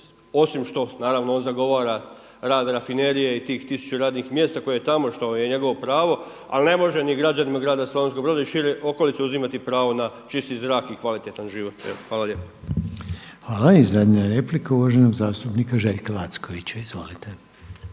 osim što, naravno on zagovara rad rafinerije i tih tisuću radnih mjesta koje je tamo, što je njegovo pravo. Ali ne može ni građanima grada Slavonskog Broda i šire okolice uzimati pravo na čisti zrak i kvalitetan život. Hvala lijepa. **Reiner, Željko (HDZ)** Hvala. I zadnja replika uvaženog zastupnika Željka Lackovića.